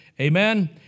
amen